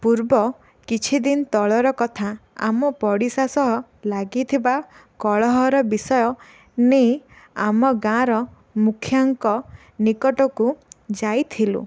ପୂର୍ବ କିଛି ଦିନ ତଳର କଥା ଆମ ପଡ଼ିଶା ସହ ଲାଗିଥିବା କଳହର ବିଷୟ ନେଇ ଆମ ଗାଁର ମୁଖିଆଙ୍କ ନିକଟକୁ ଯାଇଥିଲୁ